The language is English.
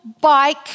bike